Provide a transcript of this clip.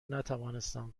نتوانستم